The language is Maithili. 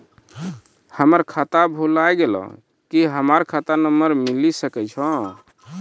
हमर खाता भुला गेलै, की हमर खाता नंबर मिले सकय छै?